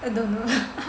I don't know